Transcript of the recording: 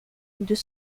deux